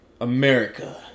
America